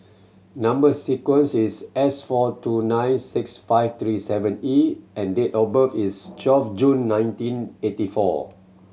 number sequence is S four two nine six five three seven E and date of birth is twelve June nineteen eighty four